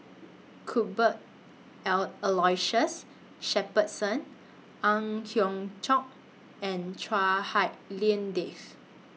Cuthbert Shepherdson Ang Hiong Chiok and Chua Hak Lien Dave